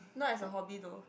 not as a hobby though